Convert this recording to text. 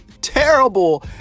terrible